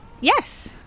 Yes